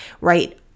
right